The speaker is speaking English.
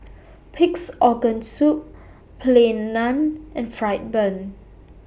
Pig'S Organ Soup Plain Naan and Fried Bun